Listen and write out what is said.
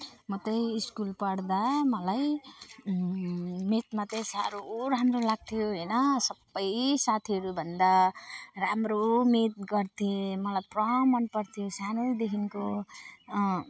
म चाहिँ स्कुल पढ्दा मलाई म्याथमा चाहिँ साह्रो राम्रो लाग्थ्यो होइन सबै साथीहरूभन्दा राम्रो म्याथ गर्थेँ मलाई पुरा मनपर्थ्यो सानैदेखिको